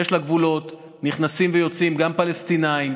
יש לה גבולות, נכנסים ויוצאים, גם פלסטינים.